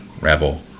Rebel